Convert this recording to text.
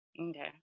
Okay